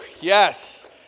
Yes